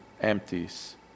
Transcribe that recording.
empties